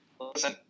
listen